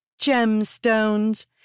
gemstones